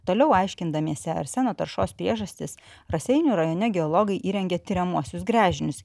toliau aiškindamiesi arseno taršos priežastis raseinių rajone geologai įrengė tiriamuosius gręžinius